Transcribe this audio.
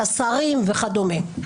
לשרים וכדומה,